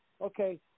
okay